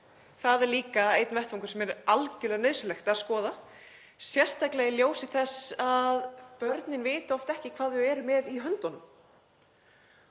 Það er líka einn vettvangur sem er algerlega nauðsynlegt að skoða, sérstaklega í ljósi þess að börnin vita oft ekki hvað þau eru með í höndunum,